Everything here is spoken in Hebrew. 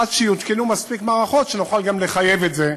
עד שיותקנו מספיק מערכות, שנוכל גם לחייב את זה.